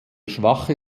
schwache